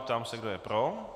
Ptám se, kdo je pro.